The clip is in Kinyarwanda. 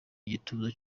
igituza